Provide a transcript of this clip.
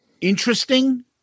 interesting